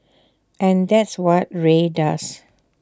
and that's what Rae does